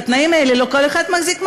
בתנאים האלה לא כל אחד מחזיק מעמד,